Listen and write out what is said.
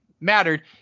mattered